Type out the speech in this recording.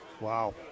Wow